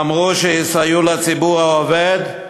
אמרו שיסייעו לציבור העובד,